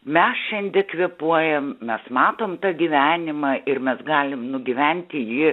mes šiandie kvėpuojam mes matom tą gyvenimą ir mes galim nugyventi jį